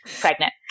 pregnant